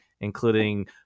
including